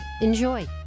Enjoy